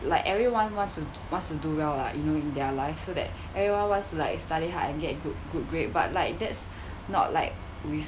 like everyone wants to wants to do well lah in their life so that everyone wants to like study hard and get good good grade but like that's not like we